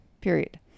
period